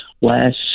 last